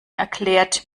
erklärt